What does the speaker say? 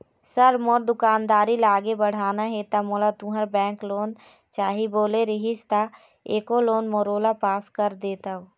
Sir मोर दुकानदारी ला आगे बढ़ाना हे ता मोला तुंहर बैंक लोन चाही बोले रीहिस ता एको लोन मोरोला पास कर देतव?